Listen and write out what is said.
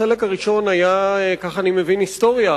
החלק הראשון, כך אני מבין, היה היסטוריה.